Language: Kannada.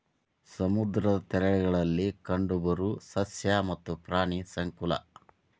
ಸಮುದ್ರದ ತೇರಗಳಲ್ಲಿ ಕಂಡಬರು ಸಸ್ಯ ಮತ್ತ ಪ್ರಾಣಿ ಸಂಕುಲಾ